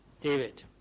David